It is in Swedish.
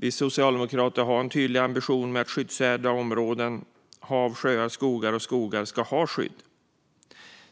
Vi har en tydlig ambition när det gäller att skyddsvärda områden - hav, sjöar och skogar - ska ha skydd.